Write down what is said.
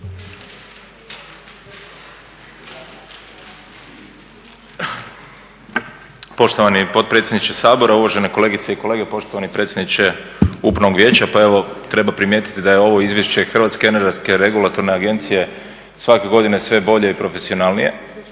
Poštovani potpredsjedniče Sabora, uvažene kolegice i kolege, poštovani predsjedniče Upravnog vijeća. Pa evo, treba primijetiti da je ovo Izvješće Hrvatske energetske regulatorne agencije svake godine sve bolje i profesionalnije.